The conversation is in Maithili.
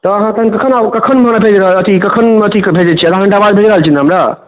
तऽ अहाँ कखन आउ कखन अएबै अथी कखन अथीके भेजै छी आधा घण्टा बाद भेज रहल छी ने हमरा